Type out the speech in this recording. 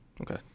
okay